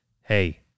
Hey